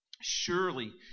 Surely